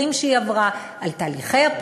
על התהליכים שהיא עברה,